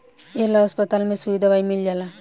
ए ला अस्पताल में सुई दवाई मील जाला